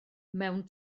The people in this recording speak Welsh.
mewn